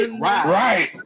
Right